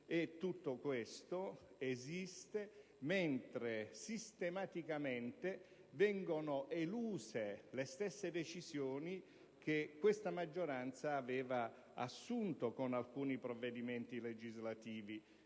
tutto questo mentre sistematicamente vengono eluse le stesse decisioni che questa maggioranza aveva assunto con alcuni provvedimenti legislativi.